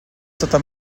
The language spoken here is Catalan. tota